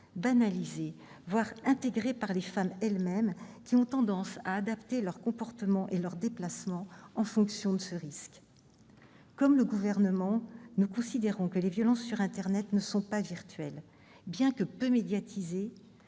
banalisés, voire intégrés par les femmes elles-mêmes, qui ont tendance à adapter leurs comportements et leurs déplacements en fonction de ce risque. Comme le Gouvernement, nous considérons que les violences sur internet ne sont pas virtuelles. Bien que peu médiatisées,